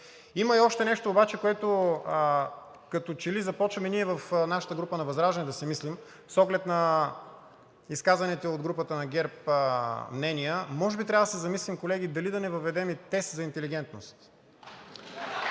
Има и още нещо обаче, което ние като че ли започваме в нашата група – на ВЪЗРАЖДАНЕ, да си мислим, с оглед на изказаните от групата на ГЕРБ мнения. Може би трябва да се замислим, колеги, дали да не въведем и тест за интелигентност.